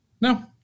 No